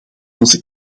onze